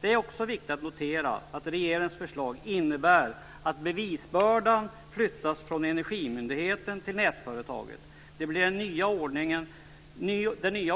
Det är också viktigt att notera att regeringens förslag innebär att bevisbördan flyttas från Energimyndigheten till nätföretaget. Det blir i den nya